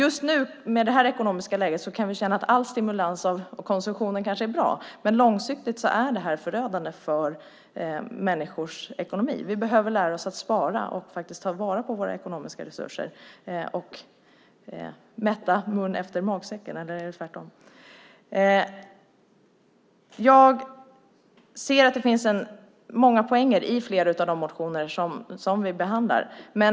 I rådande ekonomiska läge kan vi kanske känna att all stimulans av konsumtionen är bra, men långsiktigt är det förödande för människors ekonomi. Vi behöver lära oss att spara och ta vara på våra ekonomiska resurser. Vi måste rätta mun efter matsäcken. Jag ser att det finns många poänger i flera av de motioner som vi behandlar.